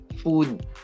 food